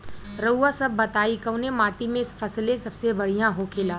रउआ सभ बताई कवने माटी में फसले सबसे बढ़ियां होखेला?